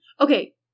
Okay